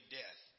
death